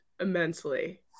immensely